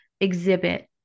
exhibit